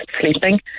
sleeping